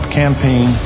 campaign